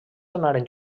anaren